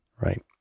Right